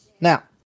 Now